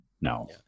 No